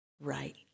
right